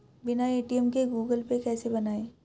बिना ए.टी.एम के Google Pay कैसे बनायें?